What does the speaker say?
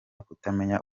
kutamenya